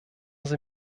sie